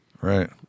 Right